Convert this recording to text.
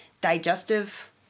digestive